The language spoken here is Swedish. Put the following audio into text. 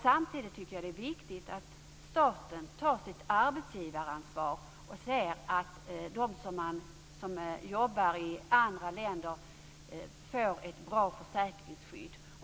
Samtidigt tycker jag att det är viktigt att staten tar sitt arbetsgivaransvar och säger att de som jobbar i andra länder får ett bra försäkringsskydd.